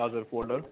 हजुर फोल्डर